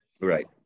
Right